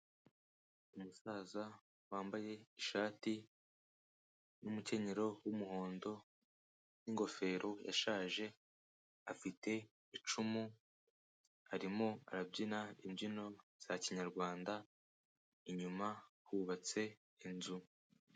Umusaza wambaye ishati n'umukenyero w'umuhondo n'ingofero yashaje, afite icumu arimo arabyina imbyino za kinyarwanda, inyuma hubatse inzu.